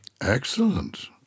Excellent